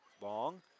Long